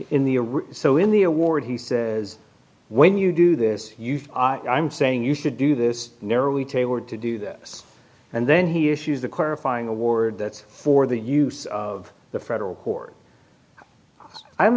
arena so in the award he says when you do this you i'm saying you should do this narrowly tailored to do this and then he issues the clarifying award that's for the use of the federal court i'm